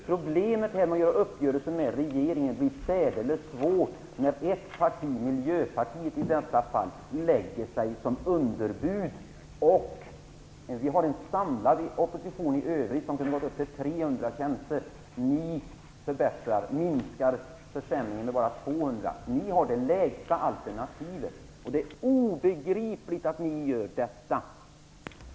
Problemet när man gör uppgörelser med regeringen blir särdeles svårt när ett parti, Miljöpartiet i detta fall, lägger underbud. Vi har en samlad opposition i övrigt som vill nå upp till 300 tjänster. Ni vill minska försämringen med bara 250 tjänster. Ni har det lägsta alternativet. Det är obegripligt att ni gör detta.